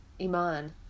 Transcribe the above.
Iman